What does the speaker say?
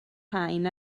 rhain